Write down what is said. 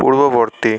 পূর্ববর্তী